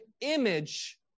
image